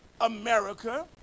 America